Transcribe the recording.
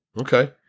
Okay